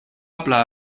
bla